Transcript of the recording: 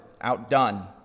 outdone